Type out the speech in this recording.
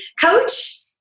coach